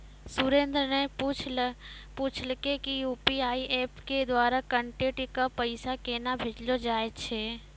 सुरेन्द्र न पूछलकै कि यू.पी.आई एप्प के द्वारा कांटैक्ट क पैसा केन्हा भेजलो जाय छै